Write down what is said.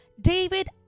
David